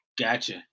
Gotcha